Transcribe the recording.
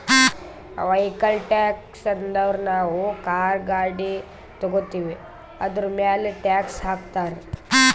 vehicle tax ಅಂದುರ್ ನಾವು car, ಗಾಡಿ ತಗೋತ್ತಿವ್ ಅದುರ್ಮ್ಯಾಲ್ ಟ್ಯಾಕ್ಸ್ ಹಾಕ್ತಾರ್